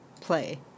play